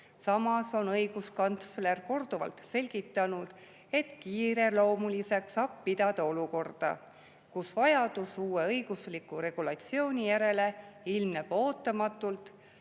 Samas on õiguskantsler korduvalt selgitanud, et kiireloomuliseks saab pidada olukorda, kus vajadus uue õigusliku regulatsiooni järele ilmneb ootamatult